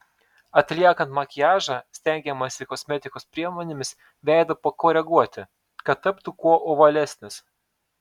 atliekant makiažą stengiamasi kosmetikos priemonėmis veidą pakoreguoti kad taptų kuo ovalesnis